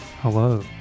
Hello